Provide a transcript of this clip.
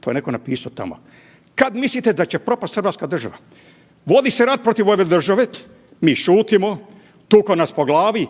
to je neko napisao tamo. Kad mislite da će propast Hrvatska država? Vodi se rat protiv ove države, mi šutimo, tuku nas po glavi